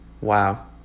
Wow